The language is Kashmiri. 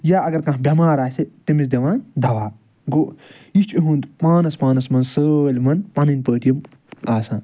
یا اگر کانٛہہ بیٚمار آسہِ تٔمِس دِوان دوا گوٚو یہِ چھُ یُہُنٛد پانَس پانَس مَنٛز سٲلمَن پَنن پٲٹھۍ یِم آسان